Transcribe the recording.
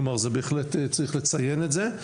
כלומר זה בהחלט צריך לציין את זה,